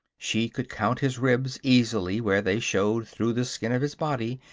she could count his ribs easily where they showed through the skin of his body,